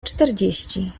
czterdzieści